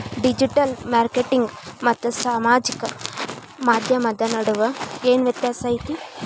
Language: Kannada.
ಡಿಜಿಟಲ್ ಮಾರ್ಕೆಟಿಂಗ್ ಮತ್ತ ಸಾಮಾಜಿಕ ಮಾಧ್ಯಮದ ನಡುವ ಏನ್ ವ್ಯತ್ಯಾಸ ಐತಿ